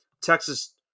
Texas